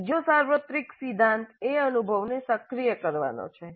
બીજો સાર્વત્રિક સિદ્ધાંત એ અનુભવને સક્રિય કરવાનો છે